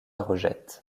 rejette